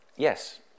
Yes